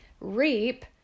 reap